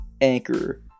Anchor